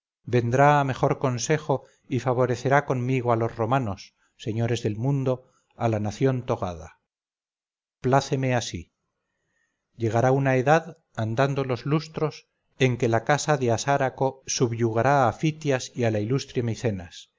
vendrá a mejor consejo y favorecerá conmigo a los romanos señores del mundo a la nación togada pláceme así llegará una edad andando los lustros en que la casa de asáraco subyugará a ftias y a la ilustre micenas